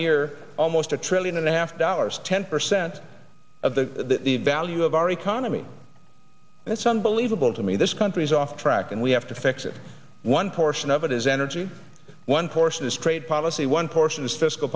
year almost a trillion and a half dollars ten percent of the value of our economy and it's unbelievable to me this country is off track and we have to fix it one portion of it is energy one portion is trade policy one portion is fiscal